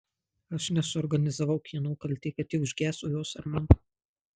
aš nesuorganizavau kieno kaltė kad ji užgeso jos ar mano